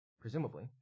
Presumably